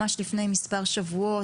ממש לפני מספר שבועות,